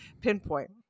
pinpoint